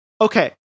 okay